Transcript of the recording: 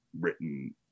written